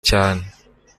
cyane